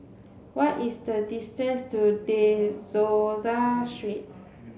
what is the distance to De Souza Street